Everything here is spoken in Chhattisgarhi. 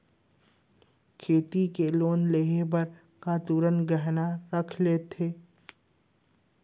खेती के लोन लेहे बर का तुरंत गहना रखे लगथे?